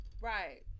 Right